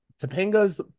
Topanga's